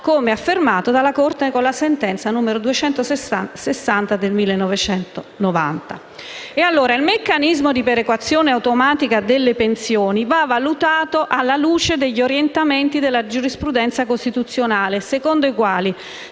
come affermato dalla Corte con la sentenza n. 260 del 1990; il meccanismo di perequazione automatica delle pensioni va valutato alla luce degli orientamenti della giurisprudenza costituzionale, secondo i quali,